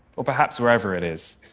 or perhaps wherever it is,